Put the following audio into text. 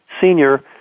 senior